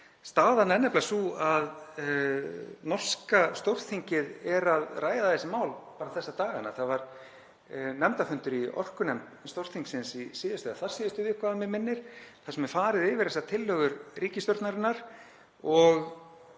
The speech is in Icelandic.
Staðan er nefnilega sú að norska Stórþingið er að ræða þessi mál þessa dagana. Það var nefndarfundur í orkunefnd Stórþingsins í síðustu eða þarsíðustu viku, að mig minnir, þar sem er farið yfir þessar tillögur ríkisstjórnarinnar og